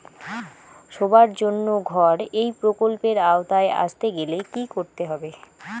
সবার জন্য ঘর এই প্রকল্পের আওতায় আসতে গেলে কি করতে হবে?